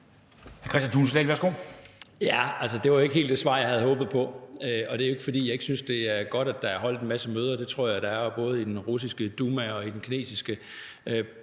Ja, det var ikke helt det svar, jeg havde håbet på, og det er ikke, fordi jeg ikke synes, det er godt, at der er holdt en masse møder. Det tror jeg der er både i den russiske Duma og også i den kinesiske